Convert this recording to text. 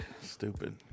stupid